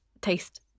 taste